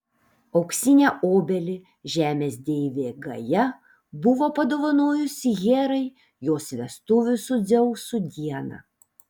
auksinę obelį žemės deivė gaja buvo padovanojusi herai jos vestuvių su dzeusu dieną